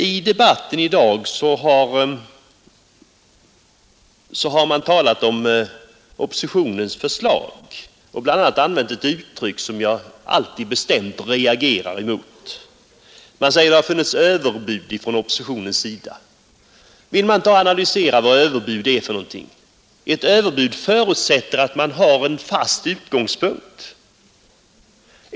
I debatten i dag har man talat om oppositionens förslag och bl.a. använt ett uttryck som jag alltid bestämt reagerar emot. Man säger att det har funnits överbud från oppositionens sida. Vill man inte analysera vad överbud är för någonting? Ett överbud förutsätter att man har en fast utgångspunkt.